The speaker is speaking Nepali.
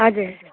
हजुर